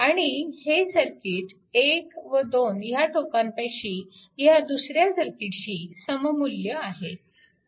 आणि हे सर्किट 1 व 2 ह्या टोकांपाशी ह्या दुसऱ्या सर्किटशी सममुल्य आहे